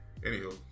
anywho